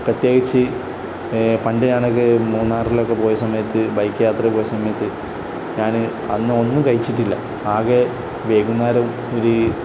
പ്രത്യേകിച്ചു പണ്ട് ഞാനൊക്കെ മൂന്നാറിലൊക്ക് പോയ സമയത്ത് ബൈക്ക് യാത്ര പോയ സമയത്ത് ഞാൻ അന്ന് ഒന്നും കഴിച്ചിട്ടില്ല ആകെ വൈകുന്നേരം ഒരു